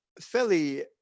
fairly